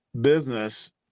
business